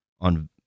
on